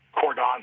cordon